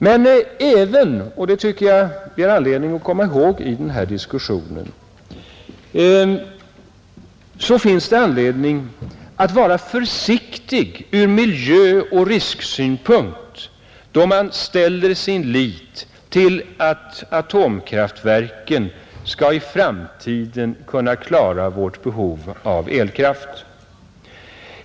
Men — och det tycker jag vi har anledning att komma ihåg i den här diskussionen — det finns anledning att vara försiktig ur miljöoch risksynpunkt även då man ställer sin lit till att atomkraftverken i framtiden skall kunna klara vårt behov av elkraft.